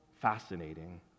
fascinating